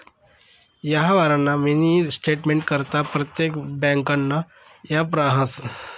यवहारना मिनी स्टेटमेंटकरता परतेक ब्यांकनं ॲप रहास